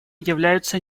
являются